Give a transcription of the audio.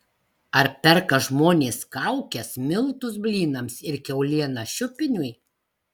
ar perka žmonės kaukes miltus blynams ir kiaulieną šiupiniui